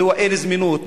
מדוע אין זמינות.